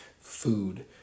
Food